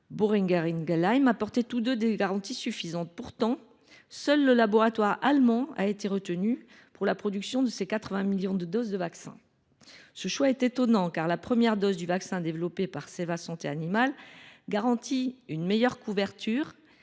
Boehringer Ingelheim apportaient tous deux des garanties suffisantes. Pourtant, seul le laboratoire allemand a été retenu pour la production de ces 80 millions de doses. C’est un choix étonnant, car la première dose du vaccin développé par Ceva Santé animale garantit une meilleure couverture